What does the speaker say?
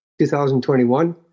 2021